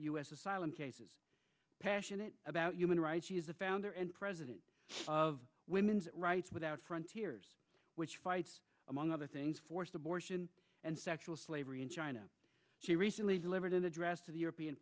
asylum cases passionate about human rights he is the founder and president of women's rights without frontiers which fights among other things forced abortion and sexual slavery in china she recently delivered an address to the european